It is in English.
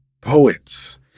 poets